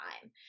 time